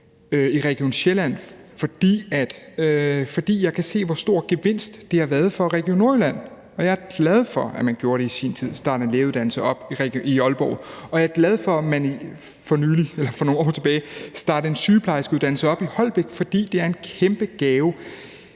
i Region Sjælland, fordi jeg kan se, hvor stor en gevinst det har været for Region Nordjylland, og jeg er glad for, at man i sin tid startede en lægeuddannelse op i Aalborg, og jeg er glad for, at man for nogle år tilbage startede en sygeplejerskeuddannelse op i Holbæk, fordi det er en kæmpe gave.